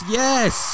yes